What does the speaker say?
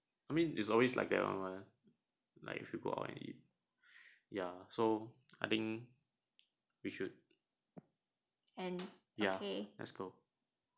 I mean it's always like that one lah like if you go out and eat ya so I think we should and ya that's cool